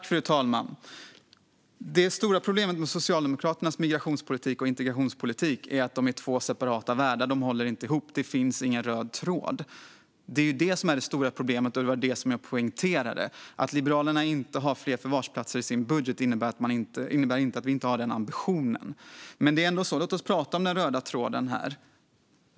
Fru talman! Det stora problemet med Socialdemokraternas migrationspolitik och integrationspolitik är att de är två separata världar och inte håller ihop. Det finns ingen röd tråd. Det är det som är det stora problemet, och det var det som jag poängterade. Att vi från Liberalerna inte har fler förvarsplatser i vår budget innebär inte att vi inte har den ambitionen. Men låt oss prata om den röda tråden här.